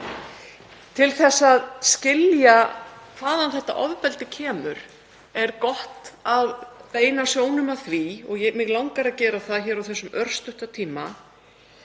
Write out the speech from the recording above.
Til að skilja hvaðan þetta ofbeldi kemur er gott að beina sjónum að, og mig langar að gera það á þessum örstutta tíma,